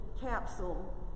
capsule